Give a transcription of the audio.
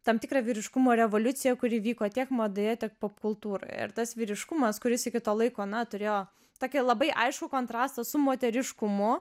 tam tikrą vyriškumo revoliuciją kuri vyko tiek madoje tiek popkultūroje ir tas vyriškumas kuris iki tol laiko na turėjo tokį labai aiškų kontrastą su moteriškumu